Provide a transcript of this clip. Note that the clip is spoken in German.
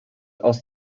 aus